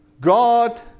God